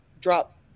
drop